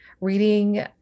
Reading